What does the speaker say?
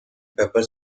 pepper